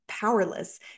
powerless